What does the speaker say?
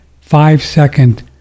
five-second